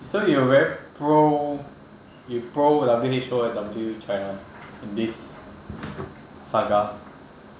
so you are very pro you pro W_H_O and W china in this saga